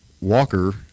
Walker